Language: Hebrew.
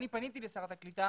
אני פניתי לשרת הקליטה